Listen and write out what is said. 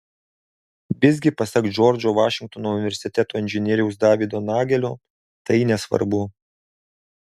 visgi pasak džordžo vašingtono universiteto inžinieriaus davido nagelio tai nesvarbu